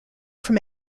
from